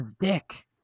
dick